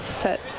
set